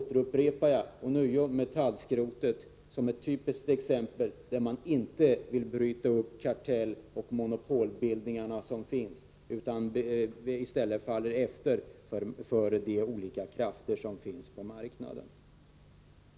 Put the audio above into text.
Jag påminner ånyo om metallskrotet som ett typiskt exempel på ett område där socialdemokraterna inte ville bryta upp de kartelloch monopolbildningar som finns. Socialdemokraterna faller i stället till föga för de olika krafter som finns på marknaden.